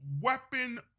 weapon